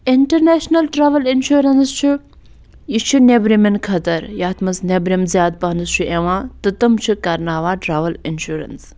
international travel insurance چھُ یہِ چھُ نیٚبرِمٮ۪ن خٲطرٕ یَتھ منٛز نیٚبرِم زیادٕ پَہنَس چھُ یِوان تہٕ تِم چھِ کرناوان ٹرٛاوٕل اِنشورَنٕس